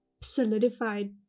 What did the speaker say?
solidified